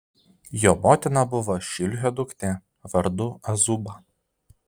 jo motina buvo šilhio duktė vardu azuba